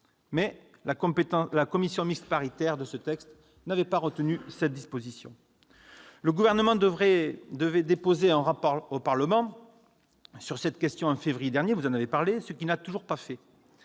mais la commission mixte paritaire n'avait pas retenu cette disposition. Le Gouvernement devait déposer un rapport au Parlement sur cette question en février dernier, ce qu'il n'a pas fait